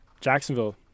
Jacksonville